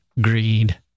greed